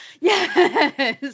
yes